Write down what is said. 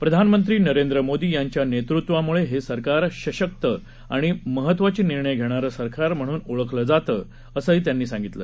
प्रधानमंत्री नरेंद्र मोदी यांच्या नेतृत्वाम्ळे हे सरकार सशक्त आणि महत्वाचे निर्णय घेणारं सरकार म्हणून ओळखल जातं असं त्यांनी सांगितलं